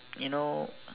you know